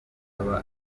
aba